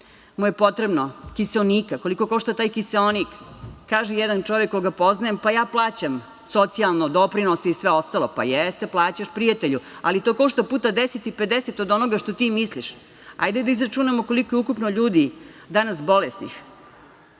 mu je potrebno kiseonika, koliko košta taj kiseonik? Kaže jedan čovek koga poznajem – pa ja plaćam socijalno, doprinose i sve ostalo. Jeste, plaćaš prijatelju, ali to košta puta deset i pedeset od onoga što ti misliš. Hajde da izračunamo koliko je ukupno ljudi danas bolesnih.